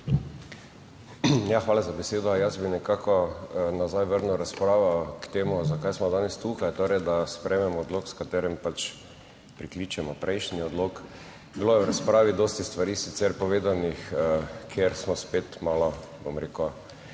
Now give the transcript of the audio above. hvala za besedo. Jaz bi nekako nazaj vrnil razpravo k temu zakaj smo danes tukaj, torej da sprejmemo odlok s katerim pač prikličemo prejšnji odlok. Bilo je v razpravi dosti stvari sicer povedanih, kjer smo spet malo, bom rekel,